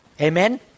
Amen